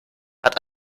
hat